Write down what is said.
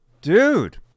dude